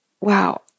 wow